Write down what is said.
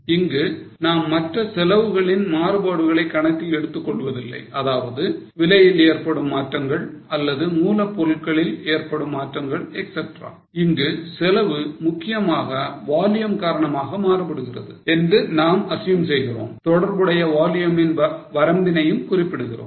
இங்கு நாம் மற்ற செலவுகளின் மாறுபாடுகளை கணக்கில் எடுத்துக் கொள்வதில்லை அதாவது விலையில் ஏற்படும் மாற்றங்கள் அல்லது மூலப் பொருட்களில் ஏற்படும் மாற்றங்கள் etcetera இங்கு செலவு முக்கியமாக volume காரணமாக மாறுகிறது என்று நாம் assume செய்கிறோம் தொடர்புடைய வால்யூமின் வரம்பினையும் குறிப்பிடுகிறோம்